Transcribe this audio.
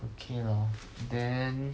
okay lor then